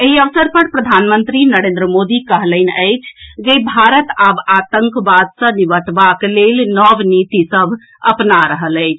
एहि अवसर पर प्रधानमंत्री नरेन्द्र मोदी कहलनि अछि जे भारत आब आतंकवाद सँ निबटबाक लेल नव नीति सभ अपना रहल अछि